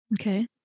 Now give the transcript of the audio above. Okay